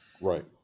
Right